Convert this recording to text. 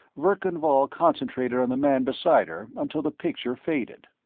verkan vall concentrated on the man beside her until the picture faded.